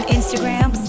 Instagram